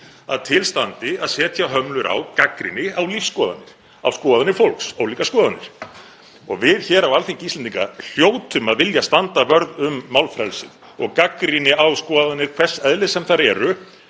að til standi að setja hömlur á gagnrýni á lífsskoðanir, á skoðanir fólks, á ólíkar skoðanir. Við hér á Alþingi Íslendinga hljótum að vilja standa vörð um málfrelsið og gagnrýni á skoðanir, hvers eðlis sem þær eru,